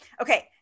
Okay